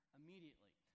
immediately